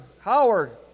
Howard